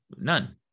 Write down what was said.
none